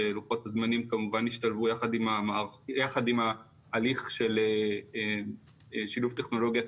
שלוחות הזמנים כמובן ישתלבו יחד עם ההליך של שילוט טכנולוגיית